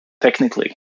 technically